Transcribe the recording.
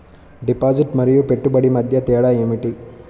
Deposit మరియు పెట్టుబడి మధ్య తేడా ఏమిటి?